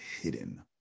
hidden